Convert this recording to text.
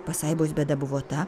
pasaibos bėda buvo ta